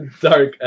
Dark